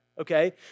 okay